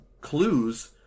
clues